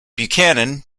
buchanan